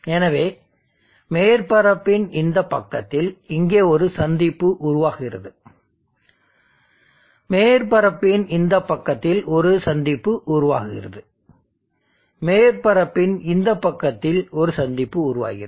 எனவே மேற்பரப்பின் இந்த பக்கத்தில் இங்கே ஒரு சந்திப்பு உருவாகிறது மேற்பரப்பின் இந்த பக்கத்தில் ஒரு சந்திப்பு உருவாகிறது மேற்பரப்பின் இந்த பக்கத்தில் ஒரு சந்திப்பு உருவாகிறது